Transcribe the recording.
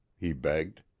he begged.